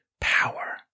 power